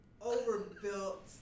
overbuilt